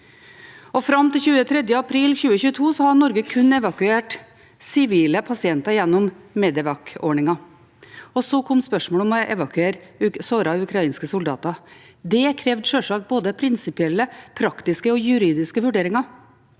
Fram til den 23. april 2022 har Norge kun evakuert sivile pasienter gjennom Medevac-ordningen. Så kom spørsmålet om å evakuere sårete ukrainske soldater. Det krevde selvsagt både prinsipielle, praktiske og juridiske vurderinger,